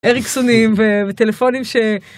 אריקסונים וטלפונים ש...